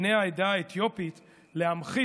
מבני העדה האתיופית להמחיש,